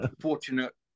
fortunate